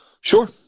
Sure